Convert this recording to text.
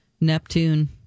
Neptune